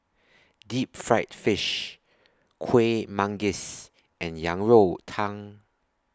Deep Fried Fish Kuih Manggis and Yang Rou Tang